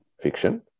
fiction